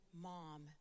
Mom